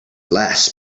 less